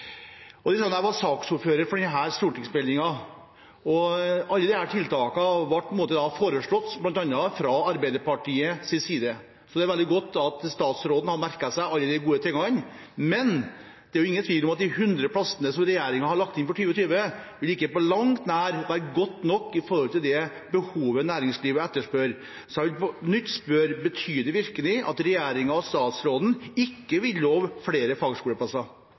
Jeg var saksordfører for behandlingen av denne stortingsmeldingen, og alle disse tiltakene ble da foreslått, bl.a. fra Arbeiderpartiets side, så det er veldig godt at statsråden har merket seg alle disse gode tingene. Men det er ingen tvil om at de 100 plassene som regjeringen har lagt inn for 2020, ikke på langt nær vil være godt nok med tanke på det næringslivet etterspør. Så jeg vil på nytt spørre: Betyr det virkelig at regjeringen og statsråden ikke vil love flere fagskoleplasser?